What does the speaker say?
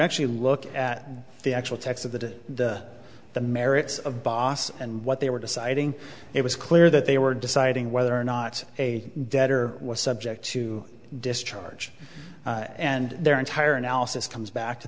actually look at the actual text of the the merits of boss and what they were deciding it was clear that they were deciding whether or not a debtor was subject to discharge and their entire analysis comes back to